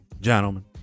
gentlemen